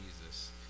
Jesus